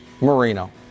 Marino